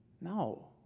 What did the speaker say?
No